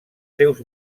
seus